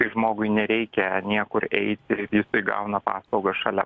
kai žmogui nereikia niekur eiti ir jisai gauna paslaugas šalia